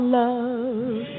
love